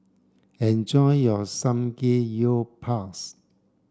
enjoy your Samgeyopsal